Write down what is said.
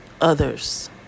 others